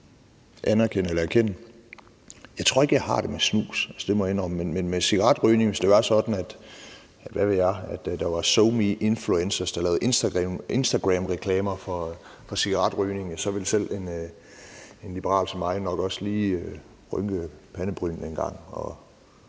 Jeg tror ikke, jeg har det med snus, det må jeg indrømme, men med cigaretrygning. Hvis det var sådan – hvad ved jeg – at der var SoMe-influencers, der lavede instagramreklamer for cigaretrygning, så ville selv en liberal som mig nok også lige rynke panden en gang